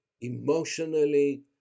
emotionally